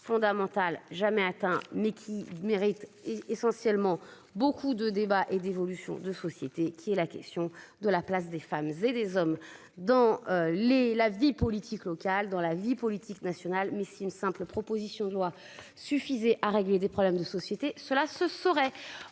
fondamental jamais atteint mais qui. Mérite essentiellement beaucoup de débats et d'évolution de société qui est la question de la place des femmes et des hommes dans les la vie politique locale dans la vie politique nationale mais c'est une simple proposition de loi suffisait à régler des problèmes de société, cela se saurait.